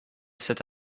cet